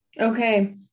Okay